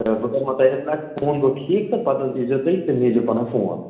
تہٕ بہٕ کَرٕ مۅکلٲوِتھ اِطلاع فون گوٚو ٹھیٖک تہٕ پتہٕ حظ یٖیزیٚو تُہۍ تہٕ نیٖزیٚو پَنُن فون